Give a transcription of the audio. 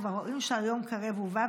כבר רואים שהיום קרב ובא.